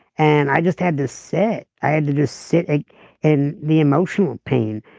and i just had to sit. i had to just sit ah in the emotional pain,